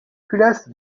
culasse